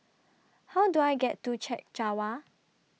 How Do I get to Chek Jawa